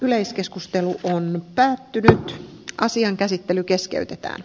yleiskeskustelu eun päätti asian käsittely keskeytetään